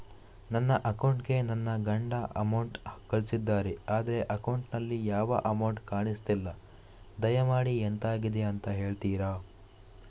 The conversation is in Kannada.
ನನ್ನ ಅಕೌಂಟ್ ಗೆ ನನ್ನ ಗಂಡ ಅಮೌಂಟ್ ಕಳ್ಸಿದ್ದಾರೆ ಆದ್ರೆ ಅಕೌಂಟ್ ನಲ್ಲಿ ಯಾವ ಅಮೌಂಟ್ ಕಾಣಿಸ್ತಿಲ್ಲ ದಯಮಾಡಿ ಎಂತಾಗಿದೆ ಅಂತ ಹೇಳ್ತೀರಾ?